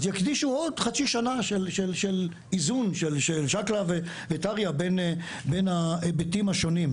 אז יקדישו עוד חצי שנה של איזון של שקלא וטריא בין ההיבטים השונים.